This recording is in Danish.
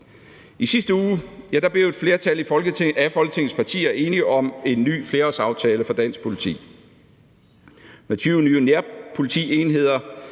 I sidste uge blev et flertal af Folketingets partier enige om en ny flerårsaftale for dansk politi. Med 20 nye nærpolitienheder,